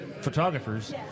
photographers